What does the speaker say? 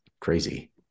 Crazy